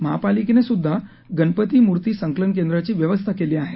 महापालिकेनं गणपती मूर्ती संकलन केंद्रांचीही व्यवस्था केली आहे